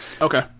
okay